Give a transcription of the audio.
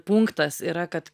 punktas yra kad